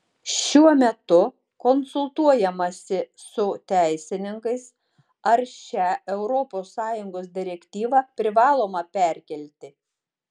šiuo metu konsultuojamasi su teisininkais ar šią europos sąjungos direktyvą privaloma perkelti